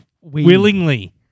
Willingly